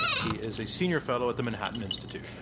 he is a senior fellow at the manhattan institute.